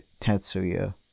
Tetsuya